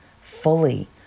fully